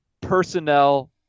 personnel